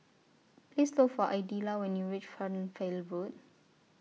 Please Look For Idella when YOU REACH Fernvale Road